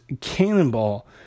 Cannonball